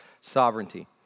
sovereignty